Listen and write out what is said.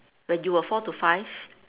when you were four to five